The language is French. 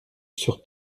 sur